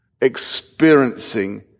experiencing